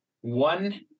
one